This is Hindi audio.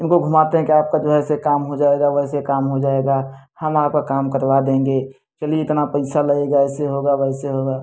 इनको घूमाते हैं कि आप का जो है ऐसे काम हो जाएगा वैसे काम हो जाएगा हम आप का काम करवा देंगे चलिए इतना पैसा लगेगा ऐसे होगा वैसे होगा